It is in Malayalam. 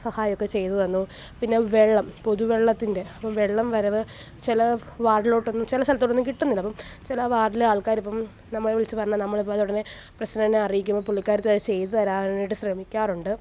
സഹായമൊക്കെ ചെയ്ത് തന്നു പിന്നെ വെള്ളം പൊതു വെള്ളത്തിൻറ്റെ വെള്ളം വരവ് ചില വാൾവിലോട്ടൊന്നും ചില സ്ഥലത്തോട്ടൊന്നും കിട്ടുന്നില്ല അപ്പം ചില വാർഡിലെ ആൾക്കാരിപ്പം നമ്മളെ വിളിച്ച് പറഞ്ഞാൽ നമ്മളിപ്പോൾ അത് ഉടനെ പ്രസിഡൻറ്റിനെ അറിയിക്കുമ്പോൾ പുള്ളിക്കാരത്തി അത് ചെയ്ത് തരാനായിട്ട് ശ്രമിക്കാറുണ്ട്